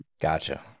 Gotcha